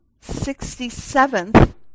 sixty-seventh